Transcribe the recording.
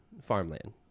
farmland